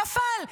נפל,